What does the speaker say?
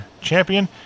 champion